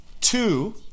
Two